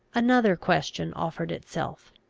another question offered itself.